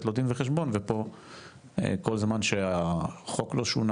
לו דין וחשבון ופה כל זמן שהחוק לא שונה,